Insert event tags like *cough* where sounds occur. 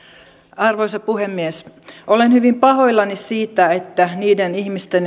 arvoisa puhemies olen hyvin pahoillani siitä että niiden ihmisten *unintelligible*